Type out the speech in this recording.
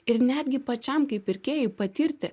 ir netgi pačiam kaip pirkėjui patirti